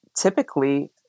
typically